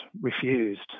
refused